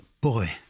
Boy